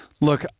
Look